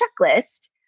checklist